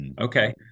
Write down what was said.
Okay